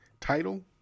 title